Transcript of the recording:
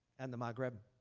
and the maghreb.